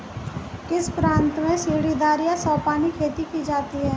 किस प्रांत में सीढ़ीदार या सोपानी खेती की जाती है?